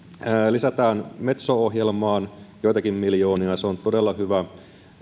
lisätään metso ohjelmaan joitakin miljoonia se on todella hyvä